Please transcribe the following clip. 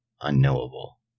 unknowable